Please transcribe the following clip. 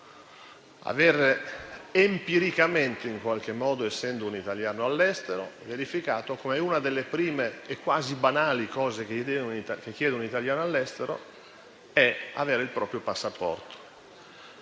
empiricamente verificato (essendo un italiano all'estero) come una delle prime e quasi banali cose che chiede un italiano all'estero è avere il proprio passaporto.